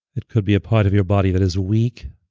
it could be a part of your body that is weak